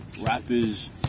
Rappers